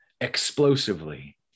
explosively